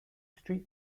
street